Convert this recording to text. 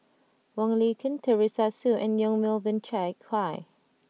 Wong Lin Ken Teresa Hsu and Yong Melvin Yik Chye